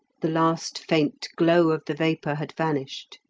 the last faint glow of the vapour had vanished.